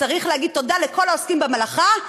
וצריך להגיד תודה לכל העוסקים במלאכה.